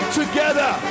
together